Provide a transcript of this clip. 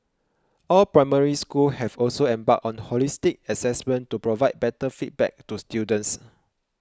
all Primary Schools have also embarked on holistic assessment to provide better feedback to students